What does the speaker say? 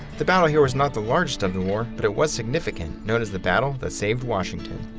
the battle here was not the largest of the war, but it was significant. known as the battle that saved washington.